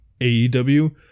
AEW